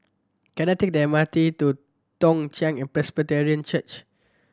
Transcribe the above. can I take the M R T to Toong Chai Presbyterian Church